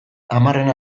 hamarrena